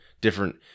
Different